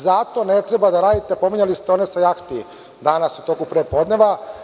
Zato ne treba da radite, pominjali ste one sa jahti danas u toku prepodneva.